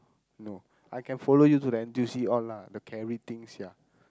no I can follow you to the N_T_U_C all lah the carry things ya